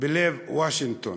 בלב וושינגטון,